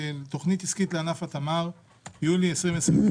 הגיע אליי מסמך של תוכנית עסקית לענף התמר מיולי 2021,